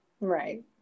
right